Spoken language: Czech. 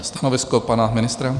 Stanovisko pana ministra?